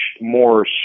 more